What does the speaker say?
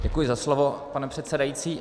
Děkuji za slovo, pane předsedající.